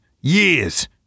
years